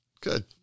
Good